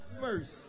mercy